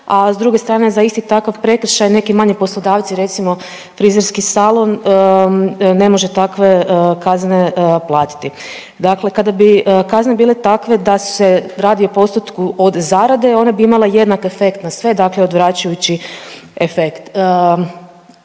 a s druge strane za isti takav prekršaj neki manji poslodavci recimo frizerski salon ne može takve kazne platiti. Dakle, kada bi kazne bile takve da se radi o postotku od zarade one bi imale jednak efekt na sve, znači odvraćajući efekt.